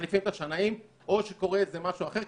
מחליפים את השנאים או שקורה איזה משהו אחר,